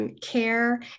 care